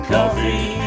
Coffee